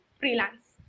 freelance